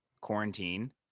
quarantine